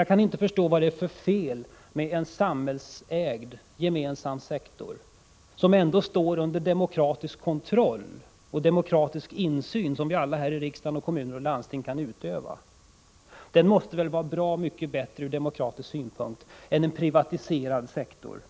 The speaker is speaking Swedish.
Jag kan inte förstå vad det är för fel med en samhällsägd, gemensam sektor, som ändå står under demokratisk kontroll och demokratisk insyn — som vi alla här i riksdagen och i kommuner och landsting kan utöva. Den måste väl vara bra mycket bättre ur demokratisk synpunkt än en privatiserad sektor.